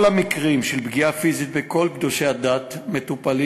כל המקרים של פגיעה פיזית בקודשי הדת מטופלים